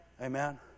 Amen